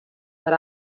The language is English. that